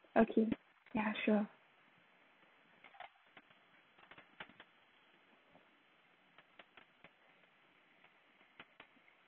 okay ya sure